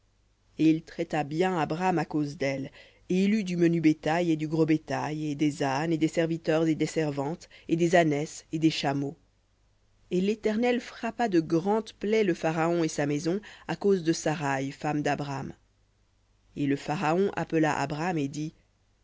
et il traita bien abram à cause d'elle et il eut du menu bétail et du gros bétail et des ânes et des serviteurs et des servantes et des ânesses et des chameaux et l'éternel frappa de grandes plaies le pharaon et sa maison à cause de saraï femme dabram et le pharaon appela abram et dit